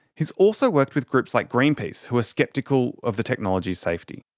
he's also worked with groups like greenpeace, who are sceptical of the technology's safety.